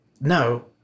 No